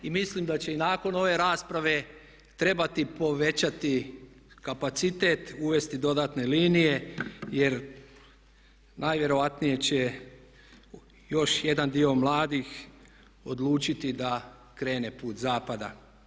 i mislim da će i nakon ove rasprave trebati povećati kapacitet, uvesti dodatne linije jer najvjerojatnije će još jedan dio mladih odlučiti da će krenuti put Zapada.